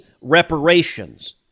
reparations